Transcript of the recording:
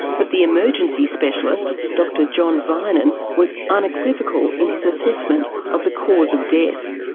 but the emergency specialist, dr john vinen, was unequivocal in his assessment of the cause of death.